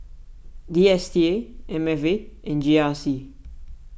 D S T A M F A and G R C